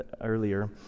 earlier